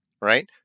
Right